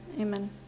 Amen